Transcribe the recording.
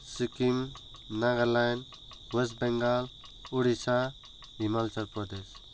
Sikkim Nagaland West Bengal Odisha Himachal Pradesh